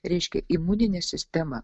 reiškia imuninė sistema